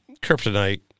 Kryptonite